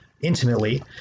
intimately